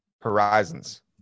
Horizons